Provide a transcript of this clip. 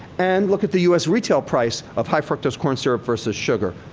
and look at the us retail price of high fructose corn syrup versus sugar.